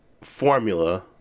formula